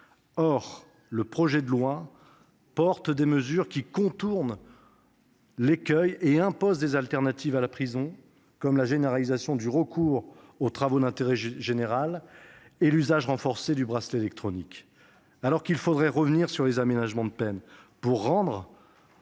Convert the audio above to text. Or ce projet de loi ordinaire prévoit des alternatives à la prison, comme la généralisation du recours aux travaux d'intérêt général et l'usage renforcé du bracelet électronique. Alors qu'il faudrait revenir sur les aménagements de peine pour rendre